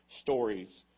stories